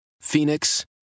Phoenix